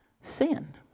sin